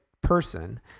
person